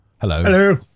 Hello